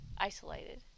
isolated